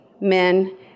men